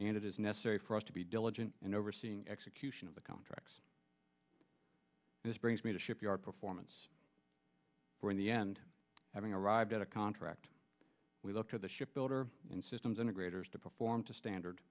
and it is necessary for us to be diligent in overseeing execution of the contracts this brings me to shipyard performance in the end having arrived at a contract we look to the ship builder and systems integrators to perform to standard